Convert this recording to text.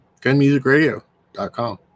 gunmusicradio.com